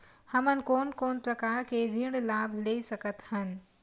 हमन कोन कोन प्रकार के ऋण लाभ ले सकत हन?